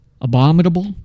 abominable